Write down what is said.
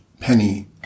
Penny